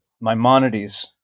Maimonides